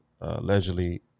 allegedly